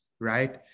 right